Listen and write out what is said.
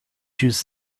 choose